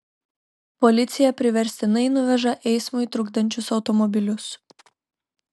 policija priverstinai nuveža eismui trukdančius automobilius